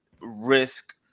risk